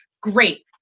Great